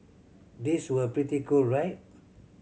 these were pretty cool right